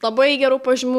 labai gerų pažymių